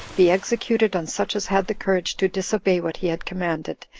be executed on such as had the courage to disobey what he had commanded,